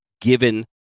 given